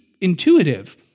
intuitive